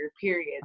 period